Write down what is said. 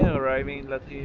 arriving in